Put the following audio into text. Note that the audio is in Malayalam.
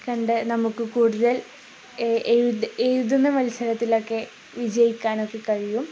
കണ്ടു നമുക്കു കൂടുതൽ എഴുതുന്ന മത്സരത്തിലൊക്കെ വിജയിക്കാനൊക്കെ കഴിയും